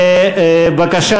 בבקשה,